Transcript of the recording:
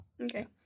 Okay